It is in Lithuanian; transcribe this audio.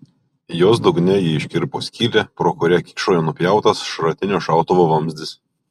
jos dugne ji iškirpo skylę pro kurią kyšojo nupjautas šratinio šautuvo vamzdis